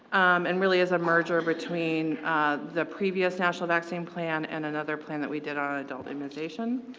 and really is a merger between the previous national vaccine plan and another plan that we did on adult immunization.